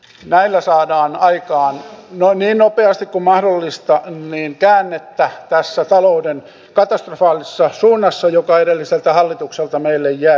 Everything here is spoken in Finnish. näillä saadaan aikaan niin nopeasti kuin mahdollista käännettä tässä talouden katastrofaalisessa suunnassa joka edelliseltä hallitukselta meille jäi